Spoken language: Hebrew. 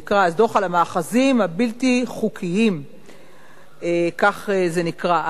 המאחזים הבלתי-חוקיים, כך זה נקרא אז,